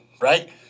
right